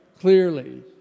clearly